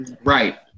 Right